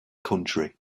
country